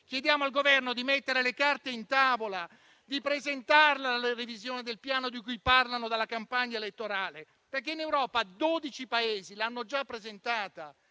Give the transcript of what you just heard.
di cambiare passo; di mettere le carte in tavola; di presentare la revisione del Piano di cui parlano dalla campagna elettorale, perché in Europa 12 Paesi l'hanno già presentata